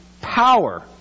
power